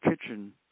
Kitchen